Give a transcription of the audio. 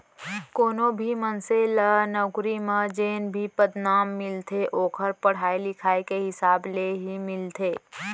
कोनो भी मनसे ल नउकरी म जेन भी पदनाम मिलथे ओखर पड़हई लिखई के हिसाब ले ही मिलथे